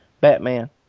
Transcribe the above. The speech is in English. Batman